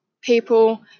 people